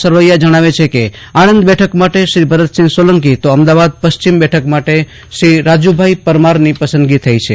સરવૈયા જણાવ છે કે આણંદ બેઠકર માટે શ્રી ભરતસિંહ સોલંકી તો અમદાવાદ પશ્ચિમ બેઠક માટે શ્રી રાજભાઈ પરમારની પસંદગી કરાઈ છે